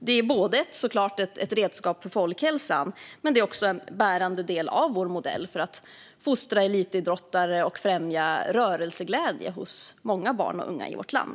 Det är såklart ett redskap för folkhälsan, men det är också en bärande del i vår modell för att fostra elitidrottare och främja rörelseglädje hos många barn och unga i vårt land.